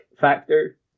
factor